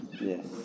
Yes